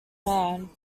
man